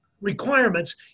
requirements